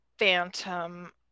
Phantom